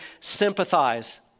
sympathize